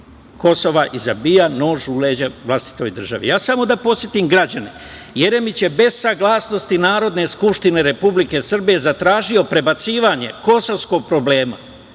Kosova i zabija nož u leđa vlastitoj državi. Samo da podsetim građane. Jeremić je bez saglasnosti Narodne skupštine Republike Srbije zatražio prebacivanje kosovskog problema